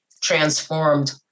transformed